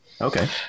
Okay